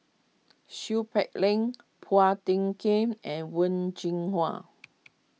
Seow Peck Leng Phua Thin Kiay and Wen Jinhua